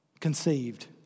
conceived